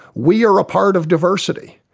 we are a part of diversity,